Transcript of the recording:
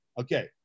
Okay